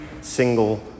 single